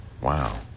Wow